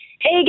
Hey